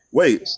wait